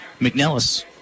McNellis